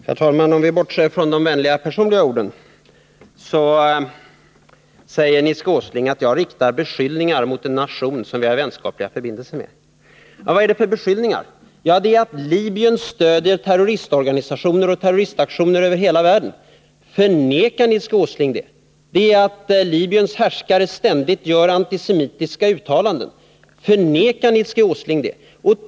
Herr talman! Om vi bortser från de vänliga personliga orden säger Nils Åsling att jag riktar beskyllningar mot en nation som vi har vänskapliga förbindelser med. Vad är det för beskyllningar? Jo, det är att Libyen stöder terroristorganisationer och terroristaktioner över hela världen. Förnekar Nils Åsling det? Det är att Libyens härskare ständigt gör antisemitiska uttalanden. Förnekar Nils Åsling det?